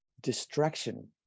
distraction